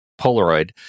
polaroid